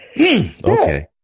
Okay